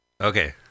Okay